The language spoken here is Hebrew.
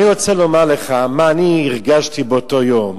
אני רוצה לומר לך מה אני הרגשתי באותו יום